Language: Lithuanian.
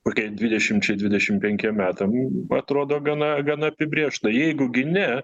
kokia dvidešimčia dvidešimt penkiem metam atrodo gana gana apibrėžta jeigu gini